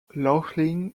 laughlin